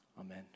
amen